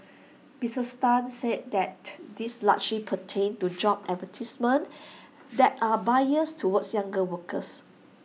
Mrs ten said that these largely pertained to job advertisements that are biased towards younger workers